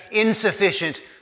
insufficient